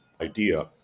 idea